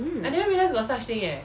mm